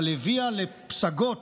אבל הביאה לפסגות